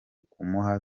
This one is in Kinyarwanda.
kumuha